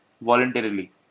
voluntarily